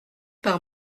par